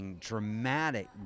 dramatic